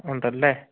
ഉണ്ടല്ലേ